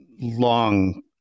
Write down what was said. long